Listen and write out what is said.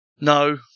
No